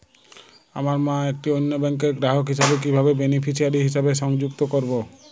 আমার মা একটি অন্য ব্যাংকের গ্রাহক হিসেবে কীভাবে বেনিফিসিয়ারি হিসেবে সংযুক্ত করব?